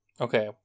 Okay